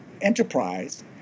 enterprise